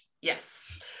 yes